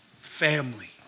family